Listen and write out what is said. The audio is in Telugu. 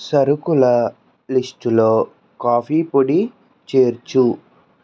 సరుకుల లిస్టులో కాఫీ పొడి చేర్చు